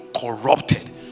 corrupted